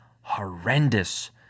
horrendous